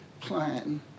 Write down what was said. plan